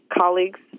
colleagues